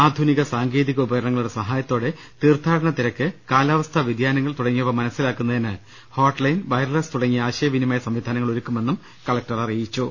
ആധുനിക സാങ്കേതിക ഉപകരണങ്ങളുടെ സഹായത്തോടെ തീർത്ഥാടന തിരക്ക് കാലാവസ്ഥാ വ്യതിയാനങ്ങൾ തുടങ്ങിയവ മനസ്റ്റിലാക്കുന്ന തിന് ഹോട്ട്ലൈൻ വയർലസ് തുടങ്ങിയ ആശയവിനിമയ സംവിധാനങ്ങൾ ഒരു ക്കുമെന്നും അദ്ദേഹം പറഞ്ഞു